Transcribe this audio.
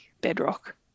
Bedrock